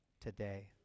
today